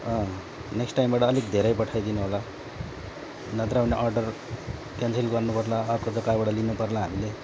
next टाइमबाट अलिक धेरै पठाइदिनु होला नत्र भने अर्डर क्यान्सल गर्नु पर्ला अर्को दोकानबाट लिनु पर्ला हामीले